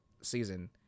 season